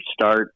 start